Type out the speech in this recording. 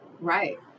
right